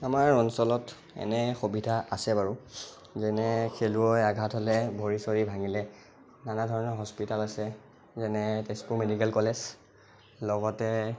আমাৰ অঞ্চলত এনে সুবিধা আছে বাৰু যেনে খেলুৱৈ আঘাত হ'লে ভৰি চৰি ভাঙিলে নানা ধৰণৰ হস্পিতাল আছে যেনে তেজপুৰ মেডিকেল কলেজ লগতে